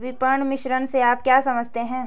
विपणन मिश्रण से आप क्या समझते हैं?